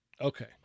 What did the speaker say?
Okay